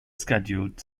scheduled